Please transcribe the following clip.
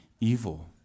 evil